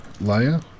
layer